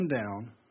down